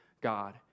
God